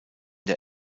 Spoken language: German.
der